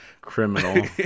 criminal